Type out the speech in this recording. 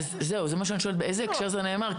זה מה שאני שואלת, באיזה הקשר זה נאמר.